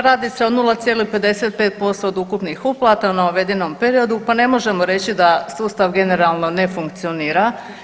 Radi se o 0,55% od ukupnih uplata u navedenom periodu pa ne možemo reći da sustav generalno ne funkcionira.